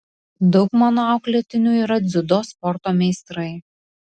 daug mano auklėtinių yra dziudo sporto meistrai